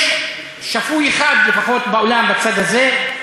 עד שיש שפוי אחד, לפחות באולם בצד הזה.